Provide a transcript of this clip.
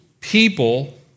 people